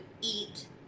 eat